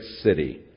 city